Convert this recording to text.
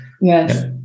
yes